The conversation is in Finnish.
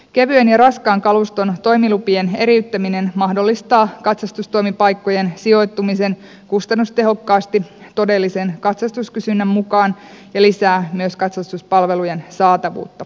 kevyen ja raskaan kaluston toimilupien eriyttäminen mahdollistaa katsastustoimipaikkojen sijoittumisen kustannustehokkaasti todellisen katsastuskysynnän mukaan ja lisää myös katsastuspalvelujen saatavuutta